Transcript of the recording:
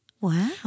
Wow